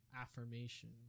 affirmation